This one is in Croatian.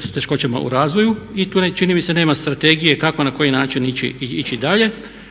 s teškoćama u razvoju i tu čini mi se nema strategije kako i na koji način ići dalje.